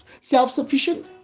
self-sufficient